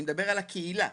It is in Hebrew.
אני מדבר על הקהילה,